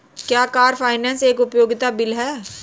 क्या car finance एक उपयोगिता बिल है?